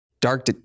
dark